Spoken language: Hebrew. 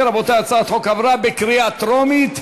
רבותי, הצעת החוק עברה בקריאה טרומית,